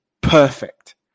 perfect